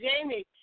Jamie